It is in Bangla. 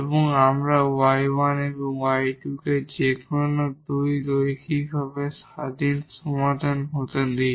এবং আমরা y 1 এবং y 2 কে যেকোন 2 লিনিয়ারভাবে ইন্ডিপেন্ডেট সমাধান হতে দেই